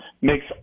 makes